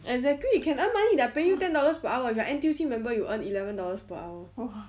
exactly you can earn money they're paying ten dollars per hour if you are N_T_U_C member you earn eleven dollars per hour